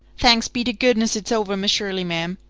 thanks be to goodness, it's over, miss shirley, ma'am,